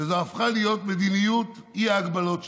וזו הפכה להיות מדיניות האי-הגבלות שלך.